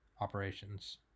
operations